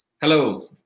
Hello